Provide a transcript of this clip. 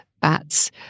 bats